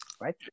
right